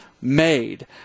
made